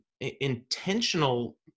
intentional